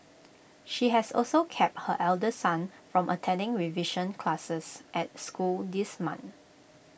she has also kept her elder son from attending revision classes at school this month